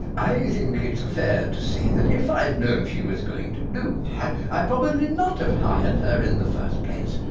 i think it's fair to say that if i'd known she was going to do i'd probably not have hired her in the first place.